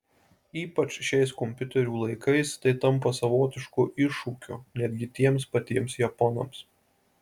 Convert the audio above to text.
ypač šiais kompiuterių laikais tai tampa savotišku iššūkiu netgi tiems patiems japonams